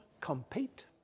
compete